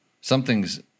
Something's